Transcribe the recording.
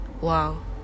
Wow